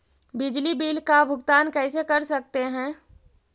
बिजली बिल का भुगतान कैसे कर सकते है?